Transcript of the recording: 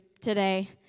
today